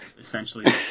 essentially